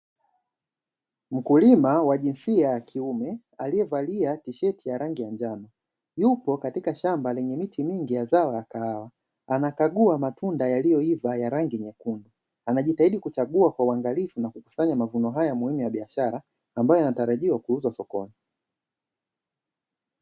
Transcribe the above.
Mkulima wa jinsia ya kiume, aliyevalia tisheti ya rangi ya njano. Yupo katika shamba lenye miti mingi ya zao la kahawa, anakagua matunda yaliyoiva ya rangi nyekundu, anajitahidi kuchagua kwa uangalifu na kukusanya mavuno haya muhimu ya biashara, ambayo yanatarajiwa kuuzwa sokoni.